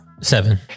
seven